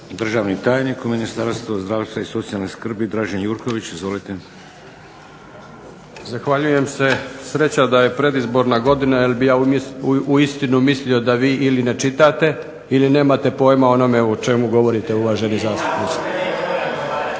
Državni tajnik u Ministarstvu zdravstva i socijalne skrbi, Dražen Jurković. Izvolite. **Jurković, Dražen** Zahvaljujem se. Sreća da je predizborna godina, jer bih ja uistinu mislio da vi ili ne čitate ili nemate pojma o onome o čemu govorite uvaženi zastupniče.